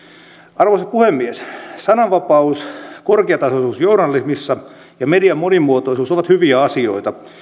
arvoisa puhemies sananvapaus korkeatasoisuus journalismissa ja median monimuotoisuus ovat hyviä asioita